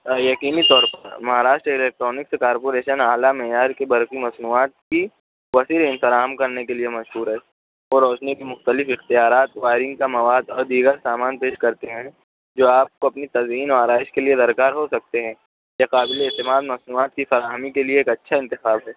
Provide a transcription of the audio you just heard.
ہاں یقینی طور پرمہاراشٹر الیکٹرونکس کارپوریشن اعلی معیار کی برقی مصنوعات کی وسیع احترام کرنے کے لئے مشہور ہے اور روشنی کی مختلف اختیارات وائرنگ کا مواد اور دیگر سامان پیش کرتے ہیں جو آپ کو اپنی تزئین و آرائش کے لئے درکار ہو سکتے ہیں یہ قابل اعتبار مصنوعات کی فراہمی کے لئے ایک اچھا انتخاب ہے